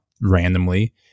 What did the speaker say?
randomly